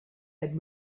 had